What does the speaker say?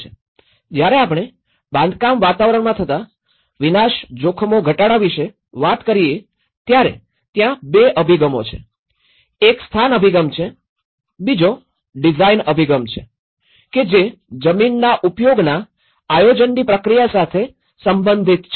જ્યારે આપણે બાંધકામ વાતાવરણમાં થતા વિનાશ જોખમો ઘટાડા વિશે વાત કરીએ ત્યારે ત્યાં ૨ અભિગમો છે એક સ્થાન અભિગમ છે બીજો ડિઝાઇન અભિગમ છે કે જે જમીનના ઉપયોગના આયોજનની પ્રક્રિયા સાથે સંબંધિત છે